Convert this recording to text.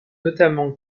notamment